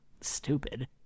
stupid